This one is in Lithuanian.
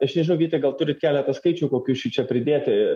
aš nežinau vytai gal turit keletą skaičių kokių šičia pridėti